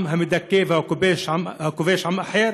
עם המדכא וכובש עם אחר